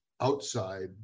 outside